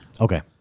Okay